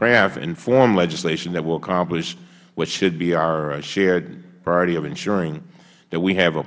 and form legislation that will accomplish what should be our shared priority of ensuring that we have